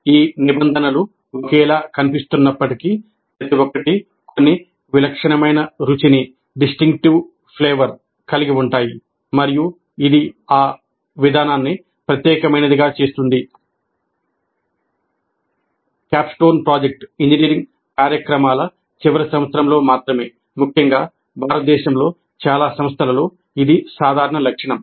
ఈ నిబంధనలు ఒకేలా కనిపిస్తున్నప్పటికీ ప్రతి ఒక్కటి కొన్ని విలక్షణమైన రుచిని ఇంజనీరింగ్ కార్యక్రమాల చివరి సంవత్సరంలో మాత్రమే ముఖ్యంగా భారతదేశంలో చాలా సంస్థలలో చాలా సాధారణ లక్షణం